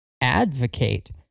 advocate